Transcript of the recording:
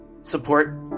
support